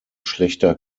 schlechter